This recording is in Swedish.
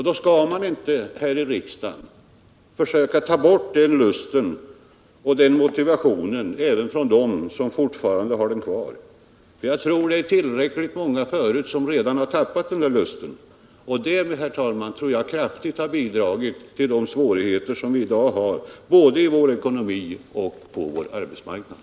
Då skall man inte här i riksdagen försöka att ta bort lusten och motivationen att arbeta även från dem som fortfarande har den kvar. Jag tror att det finns tillräckligt många förut som tappat den lusten. Det, herr talman, tror jag kraftigt har bidragit till de svårigheter som vi i dag har både i vår ekonomi och på arbetsmarknaden.